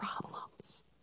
problems